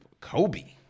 Kobe